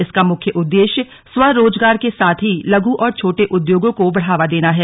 इसका मुख्य उद्देश्य स्वरोजगार के साथ ही लघु और छोटे उद्योगों को बढ़ावा देना है